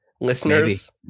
listeners